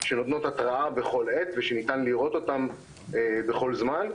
שנותנות התראה בכל עת ושניתן לראות אותן בכל זמן.